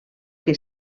que